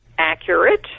accurate